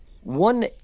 One